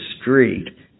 street